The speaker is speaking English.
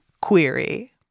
query